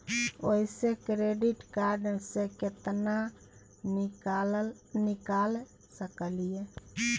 ओयसे credit card से केतना निकाल सकलियै?